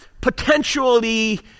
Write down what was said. potentially